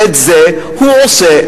ואת זה הוא עושה,